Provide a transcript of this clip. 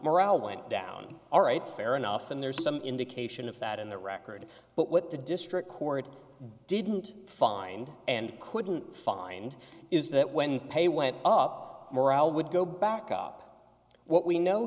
went down all right fair enough and there's some indication of that in the record but what the district court didn't find and couldn't find is that when pay went up morale would go back up what we know